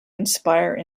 inspire